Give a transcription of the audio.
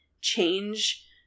change